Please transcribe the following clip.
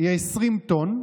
היא 20 טונות